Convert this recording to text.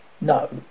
No